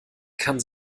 kann